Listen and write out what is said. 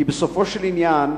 כי בסופו של עניין,